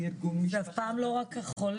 ארגון --- זה אף פעם לא רק החולה.